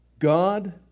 God